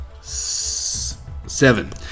Seven